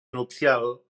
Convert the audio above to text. nupcial